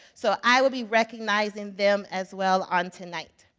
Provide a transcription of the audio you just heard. so i will be recognizing them as well on tonight.